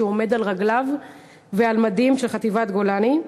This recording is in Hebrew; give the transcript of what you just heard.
עומד על רגליו ועם מדים של חטיבת גולני.